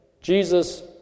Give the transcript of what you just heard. Jesus